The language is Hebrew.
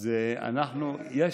כרגע,